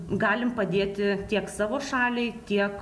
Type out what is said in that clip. galim padėti tiek savo šaliai tiek